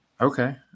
okay